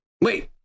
Wait